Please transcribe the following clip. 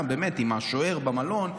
עם השוער במלון,